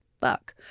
fuck